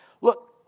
Look